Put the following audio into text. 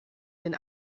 den